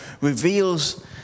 reveals